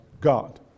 God